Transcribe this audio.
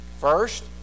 First